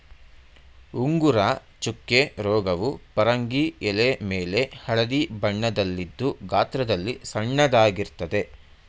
ಉಂಗುರ ಚುಕ್ಕೆ ರೋಗವು ಪರಂಗಿ ಎಲೆಮೇಲೆ ಹಳದಿ ಬಣ್ಣದಲ್ಲಿದ್ದು ಗಾತ್ರದಲ್ಲಿ ಸಣ್ಣದಾಗಿರ್ತದೆ